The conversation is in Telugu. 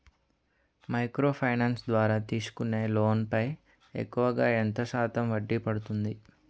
మైక్రో ఫైనాన్స్ ద్వారా తీసుకునే లోన్ పై ఎక్కువుగా ఎంత శాతం వడ్డీ పడుతుంది?